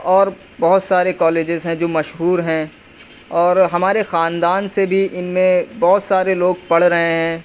اور بہت سارے کالجز ہیں جو مشہور ہیں اور ہمارے خاندان سے بھی ان میں بہت سارے لوگ پڑھ رہے ہیں